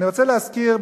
אני רוצה להזכיר,